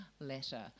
letter